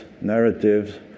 narratives